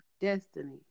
Destiny